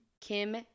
Kim